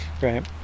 right